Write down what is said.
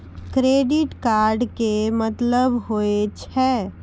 Credit card के मतलब होय छै?